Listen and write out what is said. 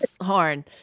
horn